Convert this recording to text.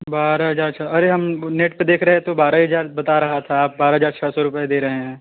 बारह हजार छ अरे हम नेट पर देख रहे थे तो बारह हजार ही बता रहा था आप बारह हजार छः सौ रूपये दे रहे हैं